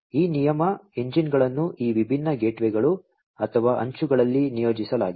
ಈ ನಿಯಮ ಎಂಜಿನ್ಗಳನ್ನು ಈ ವಿಭಿನ್ನ ಗೇಟ್ವೇಗಳು ಅಥವಾ ಅಂಚುಗಳಲ್ಲಿ ನಿಯೋಜಿಸಲಾಗಿದೆ